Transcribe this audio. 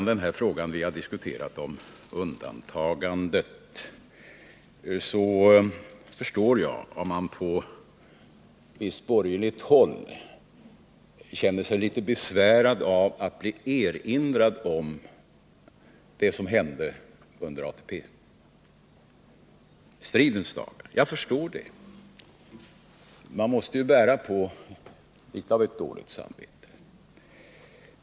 När det gäller frågan om undantagandet, som vi här har diskuterat, så förstår jag om man på visst borgerligt håll känner sig litet besvärad av att bli erinrad om det som hände under ATP-stridens dagar. Man måste ju bära på litet av ett dåligt samvete.